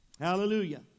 Hallelujah